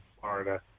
Florida